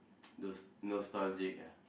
those nostalgic ah